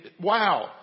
wow